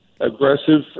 aggressive